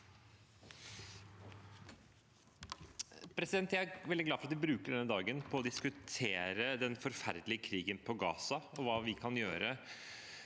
Jeg er veldig glad for at vi bruker denne dagen på å diskutere den forferdelige krigen i Gaza og hva vi kan gjøre